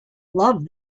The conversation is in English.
love